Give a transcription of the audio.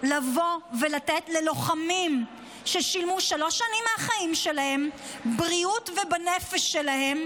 לבוא ולתת ללוחמים ששילמו שלוש שנים מהחיים שלהם בבריאות ובנפש שלהם,